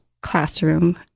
classroom